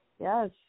Yes